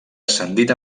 ascendit